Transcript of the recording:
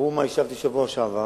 ראו מה השבתי בשבוע שעבר,